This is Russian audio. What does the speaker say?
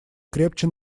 крепче